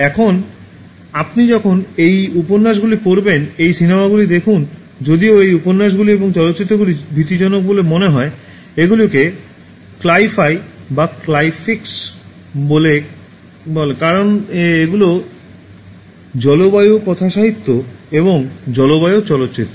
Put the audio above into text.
এখন আপনি যখন এই উপন্যাসগুলি পড়বেন এই সিনেমাগুলি দেখুন যদিও এই উপন্যাসগুলি এবং চলচ্চিত্রগুলি ভীতিজনক বলে মনে হয় এগুলিকে ক্লাই ফাই এবং ক্লাই ফ্লিকস বলে কারণ এগুলো জলবায়ু কথাসাহিত্য এবং জলবায়ু চলচ্চিত্র